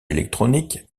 électronique